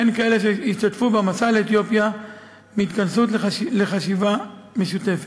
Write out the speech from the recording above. וכן כאלה אשר השתתפו במסע לאתיופיה להתכנסות לחשיבה משותפת.